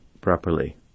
properly